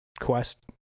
quest